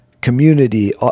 community